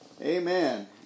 Amen